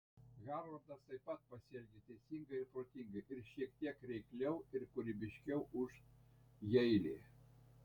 harvardas taip pat pasielgė teisingai ir protingai ir šiek tiek reikliau ir kūrybiškiau už jeilį